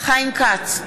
חיים כץ,